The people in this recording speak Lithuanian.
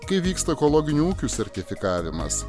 kaip vyksta ekologinių ūkių sertifikavimas